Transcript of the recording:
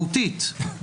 היא קראה משהו אחר.